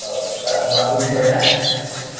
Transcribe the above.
औ दा होनब्ला बुजिबाय ना